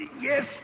Yes